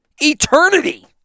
Eternity